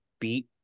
beat